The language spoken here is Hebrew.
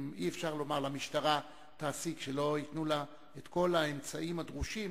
אי-אפשר לומר למשטרה "תעשי" כשלא נותנים לה את כל האמצעים הדרושים